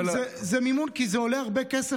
זה מימון, כי זה עולה הרבה כסף.